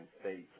States